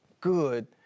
good